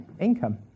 income